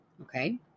Okay